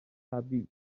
تبدیل